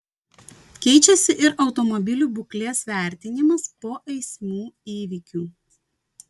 keičiasi ir automobilių būklės vertinimas po eismų įvykių